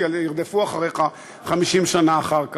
כי ירדפו אחריך 50 שנה אחר כך.